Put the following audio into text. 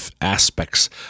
aspects